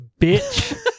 Bitch